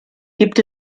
gibt